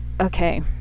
okay